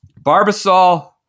Barbasol